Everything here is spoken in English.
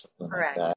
Correct